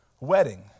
wedding